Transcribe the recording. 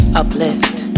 uplift